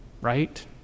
right